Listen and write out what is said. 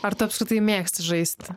ar tu apskritai mėgsti žaisti